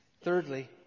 thirdly